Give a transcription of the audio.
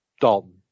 Dalton